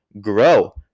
grow